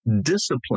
discipline